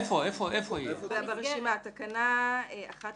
זה ברשימה, תקנה 11(ב):